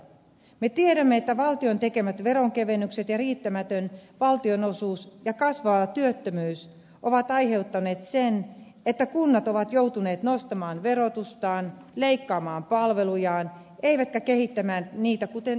me tiedämme että valtion tekemät veronkevennykset ja riittämätön valtionosuus ja kasvava työttömyys ovat aiheuttaneet sen että kunnat ovat joutuneet nostamaan verotustaan leikkaamaan palvelujaan eivätkä kehittämään niitä kuten pitäisi